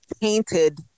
painted